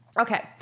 Okay